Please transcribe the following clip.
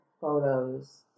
photos